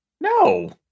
No